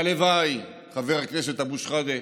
והלוואי, חבר הכנסת אבו שחאדה,